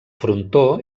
frontó